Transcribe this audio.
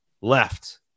left